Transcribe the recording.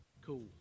cool